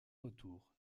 retour